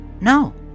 no